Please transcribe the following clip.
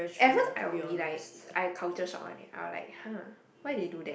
at first I will be like I culture shock one leh I will like !huh! why they do that